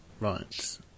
Right